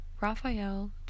Raphael